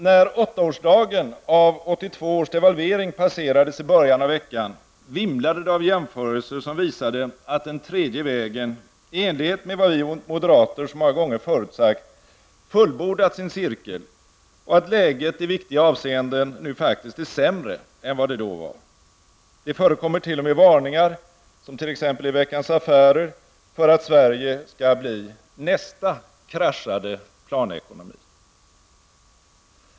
När åttaårsdagen av 1982 års devalvering passerades i början av veckan, vimlade det av jämförelser, som visade att den tredje vägen, i enlighet med vad vi moderater så många gånger förutsagt, fullbordat sin cirkel och att läget i viktiga avseenden nu faktiskt är sämre än vad det då var. Det förekommer t.o.m. varningar -- som t.ex. i Veckans Affärer -- för att Sverige skall bli nästa kraschade planekonomi.